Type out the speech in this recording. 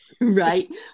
right